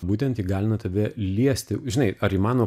būtent įgalina tave liesti žinai ar įmanoma